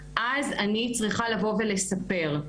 אז אני צריכה לבוא ולספר.